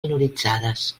minoritzades